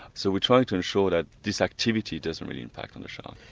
so we're trying to ensure that this activity doesn't really impact on the shark.